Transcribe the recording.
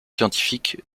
scientifiques